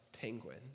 penguin